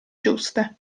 giuste